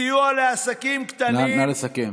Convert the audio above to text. סיוע לעסקים קטנים נא לסכם.